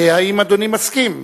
האם אדוני מסכים?